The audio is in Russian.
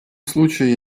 случае